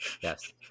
yes